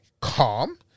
Calm